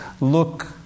look